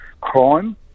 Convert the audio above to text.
crime